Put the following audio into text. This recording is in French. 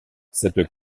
cette